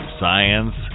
science